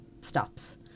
stops